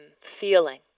feeling